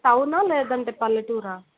టౌనా లేదంటే పల్లెటూరా